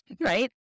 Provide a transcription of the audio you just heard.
right